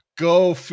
Go